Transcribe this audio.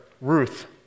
Ruth